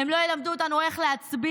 הם לא ילמדו אותנו איך להצביע,